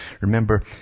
Remember